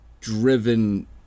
driven